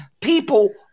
people